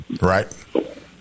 Right